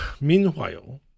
meanwhile